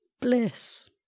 bliss